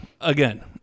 again